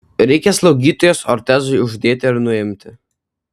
reikia slaugytojos ortezui uždėti ir nuimti